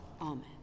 Amen